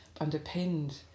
Underpinned